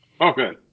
Okay